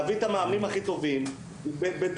להביא את המאמנים הכי טובים בתרומה,